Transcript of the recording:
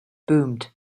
boomed